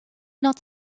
not